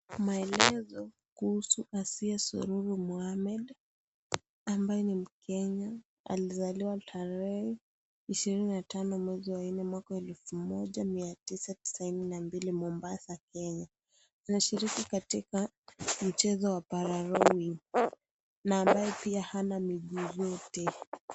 Maelezo kuhusu Asiye Sururu Mohammed ambaye ni mkenya, alizaliwa tarehe 25/04/1992 Mombasa Kenya. Anashiriki katika mchezo wa para rowing na ambaye pia hana miguu zote